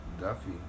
Duffy